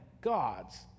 gods